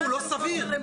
מה זה?